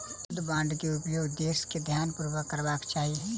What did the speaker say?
युद्ध बांड के उपयोग देस के ध्यानपूर्वक करबाक चाही